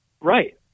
Right